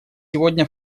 сегодня